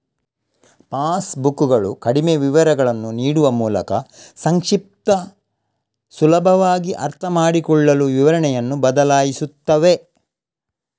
pass ಬುಕ್ಕುಗಳು ಕಡಿಮೆ ವಿವರಗಳನ್ನು ನೀಡುವ ಮೂಲಕ ಸಂಕ್ಷಿಪ್ತ, ಸುಲಭವಾಗಿ ಅರ್ಥಮಾಡಿಕೊಳ್ಳಲು ವಿವರಣೆಯನ್ನು ಬದಲಾಯಿಸುತ್ತವೆ